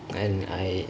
and I